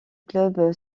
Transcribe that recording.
club